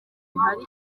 hari